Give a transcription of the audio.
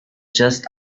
just